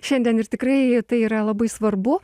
šiandien ir tikrai tai yra labai svarbu